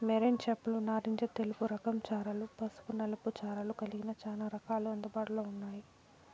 marine చేపలు నారింజ తెలుపు రకం చారలు, పసుపు నలుపు చారలు కలిగిన చానా రకాలు అందుబాటులో ఉన్నాయి